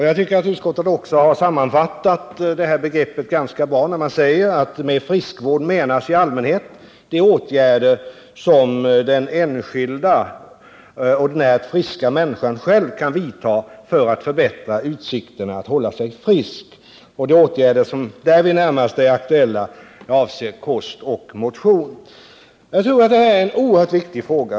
Jag tycker att utskottet har sammanfattat det här begreppet ganska bra när det säger: ”Med friskvård menas i allmänhet de åtgärder som den enskilda, ordinärt friska människan själv kan vidta för att förbättra utsikterna att hålla sig frisk. De åtgärder som därvid närmast är aktuella avser kost och motion > Jag tror att det här är en oerhört viktig fråga.